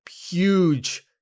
huge